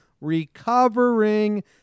recovering